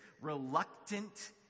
reluctant